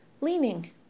leaning